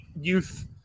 youth